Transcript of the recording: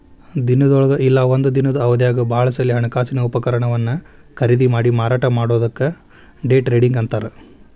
ದಿನದೊಳಗ ಇಲ್ಲಾ ಒಂದ ದಿನದ್ ಅವಧ್ಯಾಗ್ ಭಾಳ ಸಲೆ ಹಣಕಾಸಿನ ಉಪಕರಣವನ್ನ ಖರೇದಿಮಾಡಿ ಮಾರಾಟ ಮಾಡೊದಕ್ಕ ಡೆ ಟ್ರೇಡಿಂಗ್ ಅಂತಾರ್